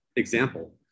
Example